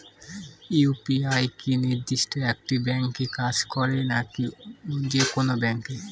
UPI কি নির্দিষ্ট একটি ব্যাংকে কাজ করে নাকি যে কোনো ব্যাংকে?